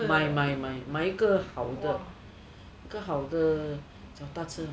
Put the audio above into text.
买买买买一个好的买一个好的脚踏车